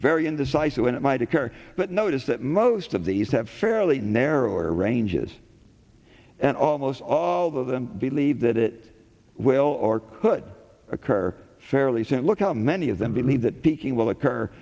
very indecisive when it might occur but notice that most of these have fairly narrow or ranges and almost all of them believe that it will or could occur fairly soon look how many of them believe that thinking will occur